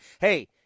Hey